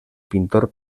pintor